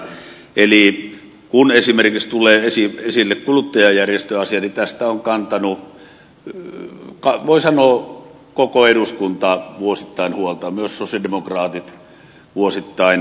eli kun esimerkiksi tulee esille kuluttajajärjestöasia niin tästä on kantanut voi sanoa koko eduskunta vuosittain huolta myös sosialidemokraatit vuosittain